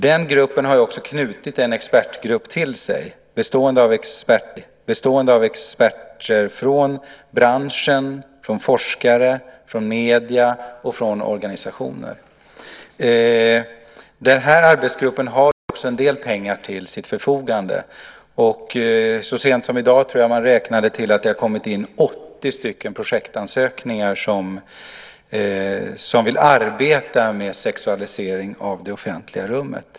Den gruppen har också knutit en expertgrupp till sig bestående av experter från branschen, forskare, experter från medierna och från organisationer. Arbetsgruppen har också en del pengar till sitt förfogande. Så sent som i dag tror jag att man räknade att det kommit in 80 projektansökningar från människor som vill arbeta med frågan om sexualisering av det offentliga rummet.